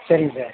சரிங்க சார்